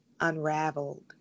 unraveled